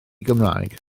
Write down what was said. gymraeg